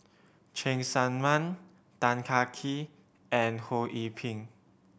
Cheng Tsang Man Tan Kah Kee and Ho Yee Ping